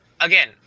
again